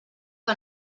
que